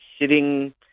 sitting